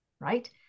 right